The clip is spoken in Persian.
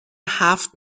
هفت